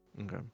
Okay